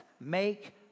make